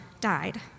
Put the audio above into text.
died